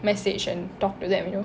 message and talk to them you know